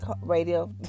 radio